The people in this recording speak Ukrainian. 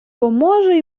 поможе